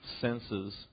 senses